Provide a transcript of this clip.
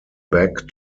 back